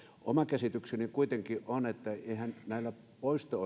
oma käsitykseni kuitenkin on että eihän näillä poisto